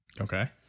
Okay